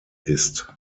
ist